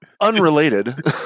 Unrelated